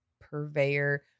purveyor